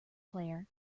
player